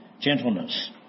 gentleness